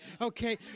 Okay